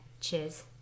cheers